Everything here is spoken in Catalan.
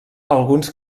alguns